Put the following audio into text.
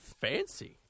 Fancy